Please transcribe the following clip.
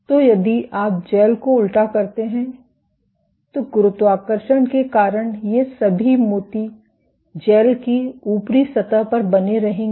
तो यदि आप जेल को उल्टा करते हैं तो गुरुत्वाकर्षण के कारण ये सभी मोती जेल की ऊपरी सतह पर बने रहेंगे